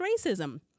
racism